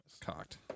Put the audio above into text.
Cocked